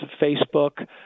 Facebook